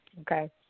Okay